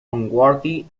unworthy